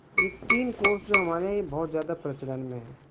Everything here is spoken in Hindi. ये तीन कोर्स जो हमारे यहाँ ये बहुत ज़्यादा प्रचलन में हैं